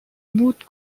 moot